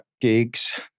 gigs